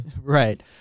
Right